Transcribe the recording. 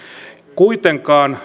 kuitenkaan